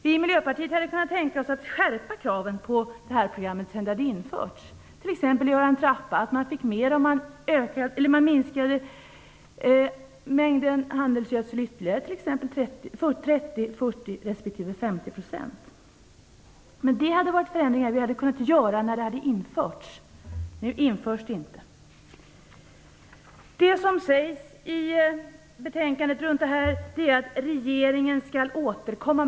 Vi i Miljöpartiet hade kunna tänka oss att skärpa kraven på REKO-programmet sedan det införts, t.ex. genom att ha en trappa så att man fick mer om man minskade mängden handelsgödsel ytterligare med 30 %, 40 % respektive 50 %. Dessa förändringar skulle vi ha kunnat göra sedan REKO-programmet hade införts. Nu införs de inte. I betänkandet sägs att regeringen skall återkomma.